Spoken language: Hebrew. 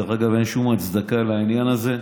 אין שום הצדקה לעניין הזה,